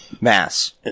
Mass